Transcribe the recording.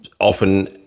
often